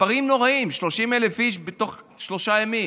מספרים נוראיים: 30,000 איש בתוך שלושה ימים.